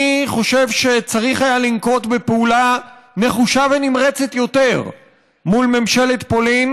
אני חושב שצריך היה לנקוט פעולה נחושה ונמרצת יותר מול ממשלת פולין.